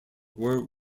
were